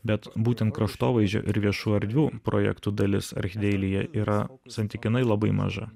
bet būtent kraštovaizdžio ir viešų erdvių projektų dalis archdeilyje yra santykinai labai maža